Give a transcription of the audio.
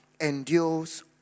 endures